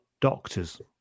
doctors